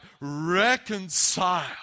reconcile